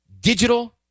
Digital